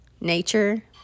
nature